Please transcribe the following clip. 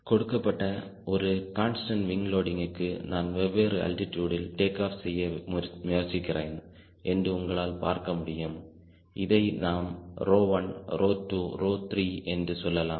கொடுக்கப்பட்ட ஒரு கான்ஸ்டன்ட் விங்லோடிங்க்கு நான் வெவ்வேறு ஆல்ட்டிட்யூட்ல் டேக் ஆப் செய்ய முயற்சிக்கிறேன் என்று உங்களால் பார்க்க முடியும் இதை நாம் ρ1 ρ2 ρ3 என்று சொல்லலாம்